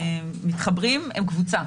שמתחברים הם קבוצה.